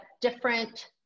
different